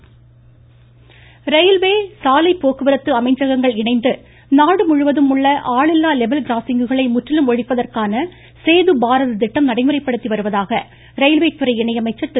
ருருருரு ராஜேந்திர கோகைன் சாலைப்போக்குவரத்து ரயில்வே அமைச்சகங்கள் இணந்து நாடுமுழுவதுமுள்ள ஆளிலில்லா லெவல் கிராசிங்குகளை முற்றிலும் ஒழிப்பதற்கான சேது பாரத திட்டம் நடைமுறைப்படுத்தி வருவதாக ரயில்வேதுறை இணையமைச்சர் திரு